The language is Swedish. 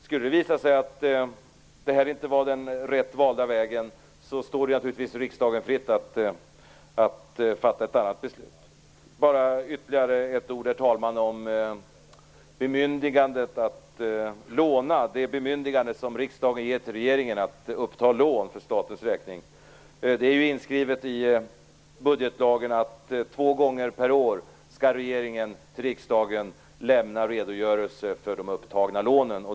Skulle det visa sig att det här inte var den rätta vägen står det naturligtvis riksdagen fritt att fatta ett annat beslut. Jag vill bara säga ytterligare ett ord, herr talman, om bemyndigandet att låna, det bemyndigande som riksdagen ger regeringen att uppta lån för statens räkning. Det är inskrivet i budgetlagen att regeringen två gånger per år skall lämna redogörelse till riksdagen för de upptagna lånen.